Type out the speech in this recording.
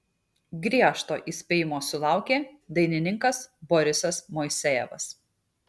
griežto įspėjimo sulaukė dainininkas borisas moisejevas